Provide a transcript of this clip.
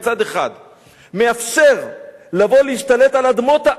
מצד אחד מאפשר לבוא להשתלט על אדמות,